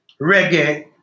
reggae